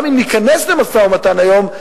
גם אם ניכנס למשא-ומתן היום,